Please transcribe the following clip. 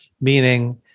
meaning